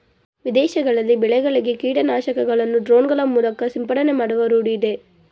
ವಿದೇಶಗಳಲ್ಲಿ ಬೆಳೆಗಳಿಗೆ ಕೀಟನಾಶಕಗಳನ್ನು ಡ್ರೋನ್ ಗಳ ಮೂಲಕ ಸಿಂಪಡಣೆ ಮಾಡುವ ರೂಢಿಯಿದೆ